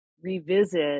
Revisit